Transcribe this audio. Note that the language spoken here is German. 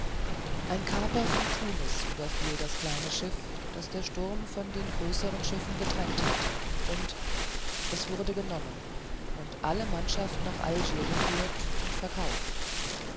ein kaper von tunis überfiel das kleine schiff das der sturm von den größeren schiffen getrennt hatte und es wurde genommen und alle mannschaft nach algier geführt und verkauft